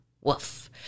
woof